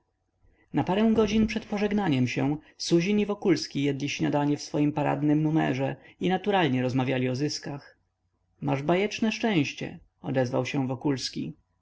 na parę godzin przed pożegnaniem się suzin i wokulski jedli śniadanie w swoim paradnym numerze i naturalnie rozmawiali o zyskach masz bajeczne szczęście odezwał się wokulski